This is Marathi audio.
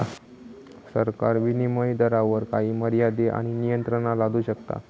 सरकार विनीमय दरावर काही मर्यादे आणि नियंत्रणा लादू शकता